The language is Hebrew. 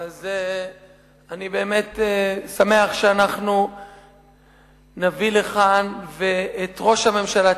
אז אני באמת שמח שאנחנו נביא לכאן את ראש הממשלה.